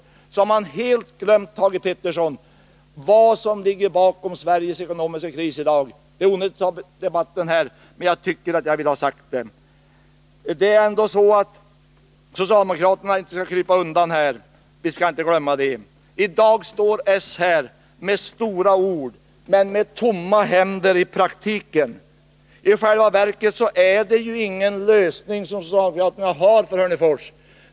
Men man har då helt glömt bort, Thage Peterson, vad som ligger bakom Sveriges ekonomiska kris i dag. Det är onödigt att ta upp den debatten här, men jag tycker att jag ville ha detta sagt. Det är ändå så att socialdemokraterna inte bör krypa undan här — vi skall inte glömma det. I dag står socialdemokraterna här med stora ord men med tomma händer i praktiken. I själva verket är det ju ingen lösning som socialdemokraterna har för Hörnefors.